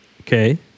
Okay